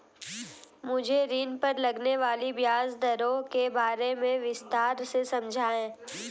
मुझे ऋण पर लगने वाली ब्याज दरों के बारे में विस्तार से समझाएं